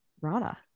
rana